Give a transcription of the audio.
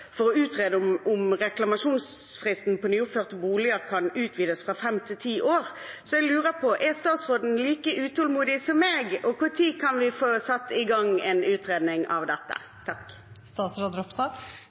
for å utrede om reklamasjonsfristen for nyoppførte boliger kan utvides fra fem til ti år. Jeg lurer på: Er statsråden like utålmodig som meg? Når kan vi få satt i gang en utredning av